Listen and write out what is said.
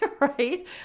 right